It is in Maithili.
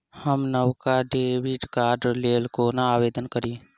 हम नवका डेबिट कार्डक लेल कोना आवेदन करी?